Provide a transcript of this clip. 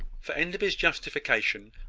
for enderby's justification,